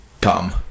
come